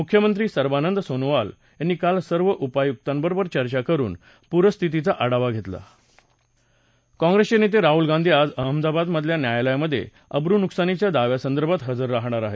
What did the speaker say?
मुख्यमंत्री सर्वानंद सोनोवाल यांनी काल सर्व उपायुक्तांबरोबर चर्चा करुन पूरपरिस्थितीचा आढावा घेतला काँग्रेसचे नेते राहुल गांधी आज अहमदाबाद मधल्या न्यायालयामधे अब्रनुकसानीच्या दाव्यासंदर्भात हजर राहणार आहेत